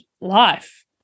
life